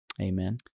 Amen